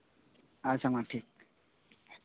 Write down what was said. ᱟᱪᱪᱷᱟ ᱢᱟ ᱴᱷᱤᱠ